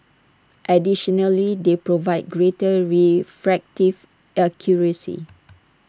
additionally they provide greater refractive accuracy